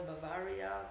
Bavaria